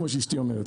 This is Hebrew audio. כמו שאשתי אומרת